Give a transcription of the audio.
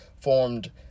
formed